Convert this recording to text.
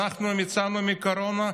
אנחנו ניצלנו מהקורונה,